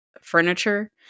furniture